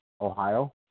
Ohio